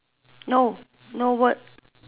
no no word